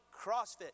CrossFit